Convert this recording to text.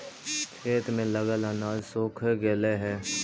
खेत में लगल अनाज सूखे लगऽ हई